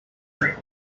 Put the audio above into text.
green